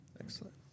Excellent